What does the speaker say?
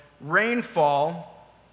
rainfall